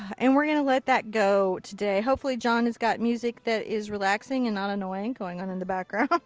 and we're going to let that go today. hopefully john's got music that is relaxing and not annoying going on in the background.